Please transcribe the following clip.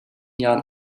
jahren